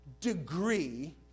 degree